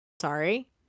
sorry